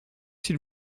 s’il